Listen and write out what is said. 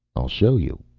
i'll show you.